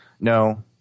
No